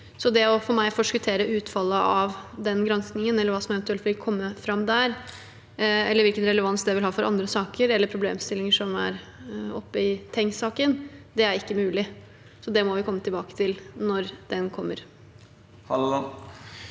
Det å for meg forskuttere utfallet av den granskingen, eller hva som eventuelt vil komme fram der, eller hvilken relevans det vil ha for andre saker eller problemstillinger som er oppe i Tengs-saken, er ikke mulig. Det må vi komme tilbake til når den kommer. Terje